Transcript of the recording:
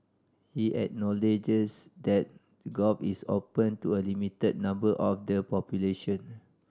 he acknowledges that golf is open to a limited number of the population